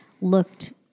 looked